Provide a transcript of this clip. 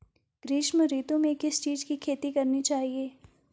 ग्रीष्म ऋतु में किस चीज़ की खेती करनी चाहिये?